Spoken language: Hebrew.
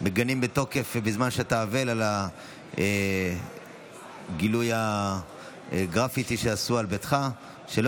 מגנים בתוקף את גילוי הגרפיטי שעשו על ביתך בזמן שאתה אבל.